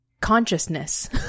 consciousness